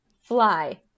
Fly